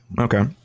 Okay